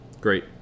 Great